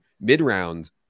mid-round